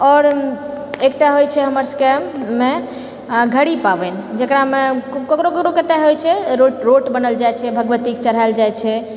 आओर एकटा होइत छै हमर सबकेमे घड़ी पाबनि जेकरामे ककरो ककरो ओतऽ होइत छै रोट बनाएल जाइत य छै भगवती कऽ चढ़ाएल जाइत छै